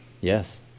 Yes